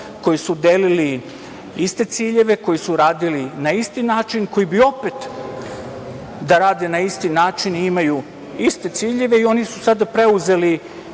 koji su delili iste ciljeve, koji su radili na isti način, koji bi opet da rade na isti način i imaju iste ciljeve i oni su sada preuzeli,